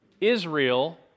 Israel